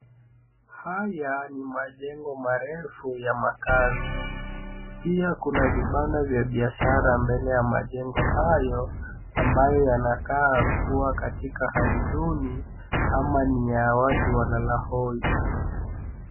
Haya ni majengo marefu ya makaazi. Pia kuna vibanda vya biashara mbele ya majengo hayo ambayo yanakaa kuwa katika hali duni ama ni ya watu walalahoi.